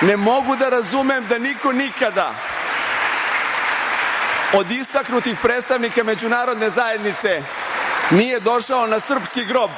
ne mogu da razumem da niko nikada od istaknutih predstavnika međunarodne zajednice nije došao na srpski grob